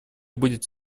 будет